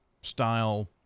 style